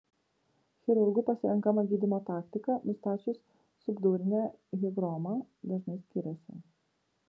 chirurgų pasirenkama gydymo taktika nustačius subdurinę higromą dažnai skiriasi